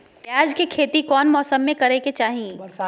प्याज के खेती कौन मौसम में करे के चाही?